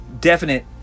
definite